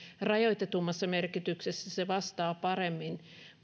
rajoitetummassa merkityksessä se vastaa paremmin